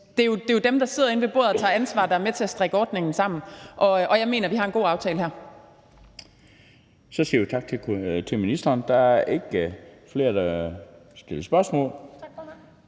det er jo dem, der sidder inde ved bordet og tager ansvar, der er med til at strikke ordningen sammen, og jeg mener, vi har en god aftale her. Kl. 16:19 Den fg. formand (Bent Bøgsted): Der er ikke flere, der vil stille spørgsmål, så tak